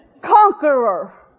Conqueror